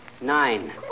Nine